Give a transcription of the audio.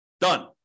Done